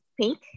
pink